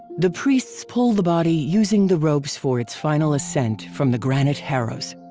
the priests pull the body using the ropes for its final ascent from the granite harrows.